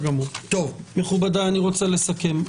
מכובדיי, אני רוצה לסכם.